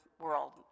world